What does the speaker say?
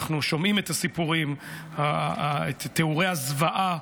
אנחנו שומעים את הסיפורים, את תיאורי הזוועה,